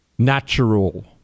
Natural